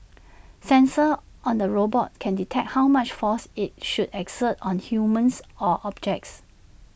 sensors on the robot can detect how much force IT should exert on humans or objects